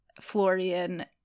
Florian